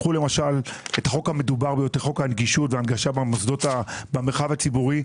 קחו למשל את חוק הנגישות וההנגשה במרחב הציבורי,